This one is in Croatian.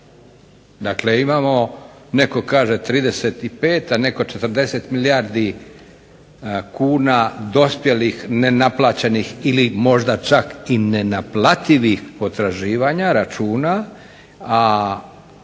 Dakle, imamo netko kaže 35, a netko 40 milijardi kuna dospjelih nenaplaćenih ili možda čak i nenaplativih potraživanja računa, a